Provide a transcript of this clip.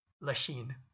Lachine